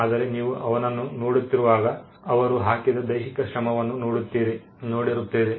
ಆದರೆ ನೀವು ಅವನನ್ನು ನೋಡುತ್ತಿರುವಾಗ ಅವರು ಹಾಕಿದ ದೈಹಿಕ ಶ್ರಮವನ್ನು ನೋಡಿರುತ್ತೀರಿ